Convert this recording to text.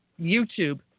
YouTube